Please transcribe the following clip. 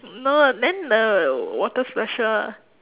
no then the water splash her